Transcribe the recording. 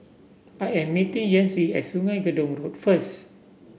I am meeting Yancy at Sungei Gedong Road first